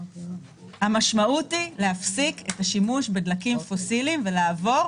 המשמעות היא להפסיק את השימוש בדלקים פוסיליים ולעבור,